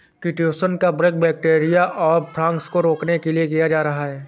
chitosan का प्रयोग bacteria और फँगस को रोकने के लिए किया जा रहा है